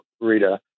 Rita